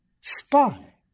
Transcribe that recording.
spy